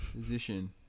Position